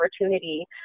opportunity